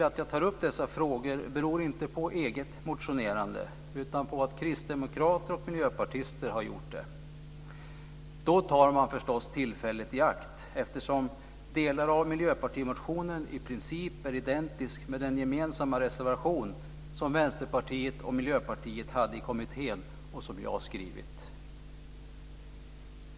Att jag tar upp dessa frågor beror inte på eget motionerande utan på att kristdemokrater och miljöpartister har gjort det. Då tar man förstås tillfället i akt eftersom delar av miljöpartimotionen i princip är identisk med den gemensamma reservation som Vänsterpartiet och Miljöpartiet hade i kommittén och som jag skrivit.